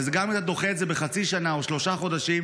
וגם אם אתה דוחה את זה בחצי שנה או בשלושה חודשים,